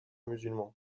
musulman